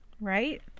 right